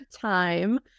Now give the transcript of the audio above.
time